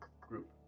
group